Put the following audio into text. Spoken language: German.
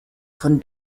von